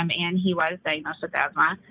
um and he was diagnosed with asthma.